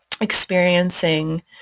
experiencing